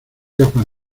gafas